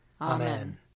Amen